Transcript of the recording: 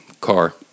car